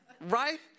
right